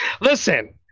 Listen